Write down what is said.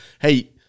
Hey